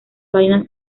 vainas